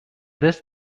this